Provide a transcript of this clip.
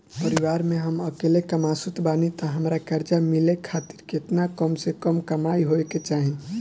परिवार में हम अकेले कमासुत बानी त हमरा कर्जा मिले खातिर केतना कम से कम कमाई होए के चाही?